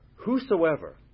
Whosoever